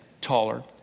taller